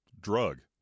drug